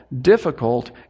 difficult